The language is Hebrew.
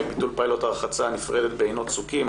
ביטול פיילוט הרחצה הנפרדת בעינות צוקים.